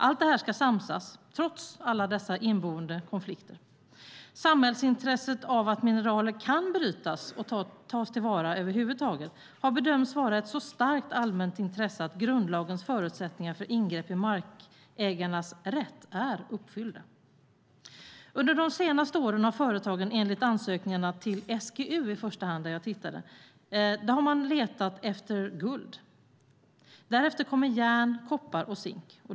Allt det här ska samsas, trots alla dessa inneboende konflikter. Samhällsintresset av att mineraler kan brytas och tas till vara över huvud taget har bedömts vara ett så starkt allmänt intresse att grundlagens förutsättningar för ingrepp i markägarnas rätt är uppfyllda. Under de senaste åren har företagen, enligt ansökningarna till SGU, i första hand letat efter guld. Därefter kommer järn, koppar och zink.